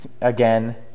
again